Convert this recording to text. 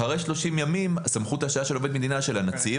אחרי 30 ימים הסמכות להשעיה של עובד מדינה היא של הנציב,